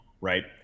right